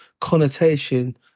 connotation